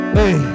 Hey